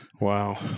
Wow